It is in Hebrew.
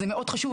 זה מאוד חשוב,